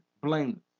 Blame